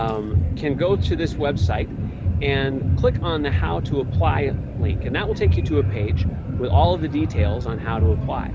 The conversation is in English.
um can go to this website and click on the how to apply link, and that will take you to a page with all the details on how to apply